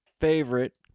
favorite